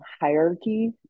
hierarchy